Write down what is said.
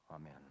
amen